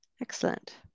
Excellent